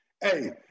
Hey